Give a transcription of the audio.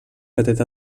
petit